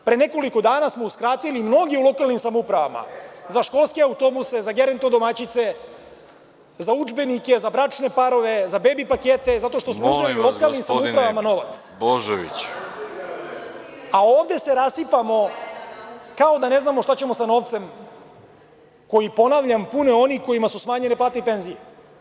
Pre nekoliko dana smo uskratili mnogim lokalnim samoupravama za školske autobuse, za geronto domaćice, za udžbenike, za bračne parove, za bebi pakete, zato što smo uzeli lokalnim samoupravama novac, a ovde se rasipamo kao da ne znamo šta ćemo sa novcem koji, ponavljam, pune oni kojima su smanjene plate i penzije.